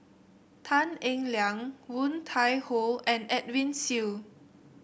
Tan Eng Liang Woon Tai Ho and Edwin Siew